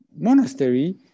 monastery